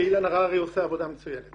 שאילן הררי עושה עבודה מצוינת